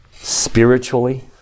Spiritually